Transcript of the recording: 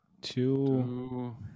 two